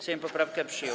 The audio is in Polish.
Sejm poprawkę przyjął.